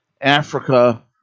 Africa